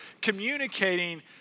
communicating